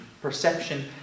perception